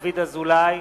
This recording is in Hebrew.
דוד אזולאי,